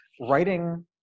writing